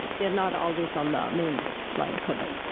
they're not always on the main line kernel.